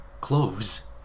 cloves